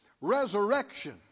resurrection